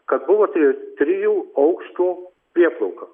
kad buvo tie trijų aukštų prieplauka